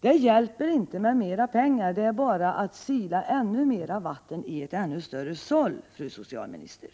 Det hjälper inte med mer pengar — det är bara att sila ännu mer vatten i ett ännu större såll, fru socialminister.